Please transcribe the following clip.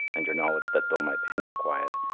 and your knowledge that though my pen is quiet,